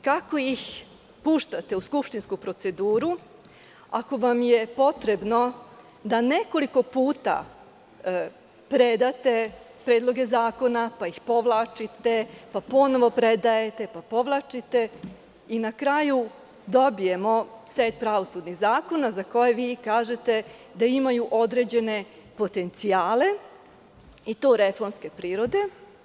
Kako ih puštate u skupštinsku proceduru, ako vam je potrebno da nekoliko puta predate predloge zakona, pa ih povlačite, pa ponovo predajete, pa ponovo povlačite, i na kraju dobijemo set pravosudnih zakona za koje vi kažete da imaju određene potencijale i to reformske prirode?